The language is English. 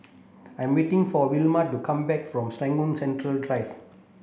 I'm waiting for Wilma to come back from Serangoon Central Drive